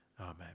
Amen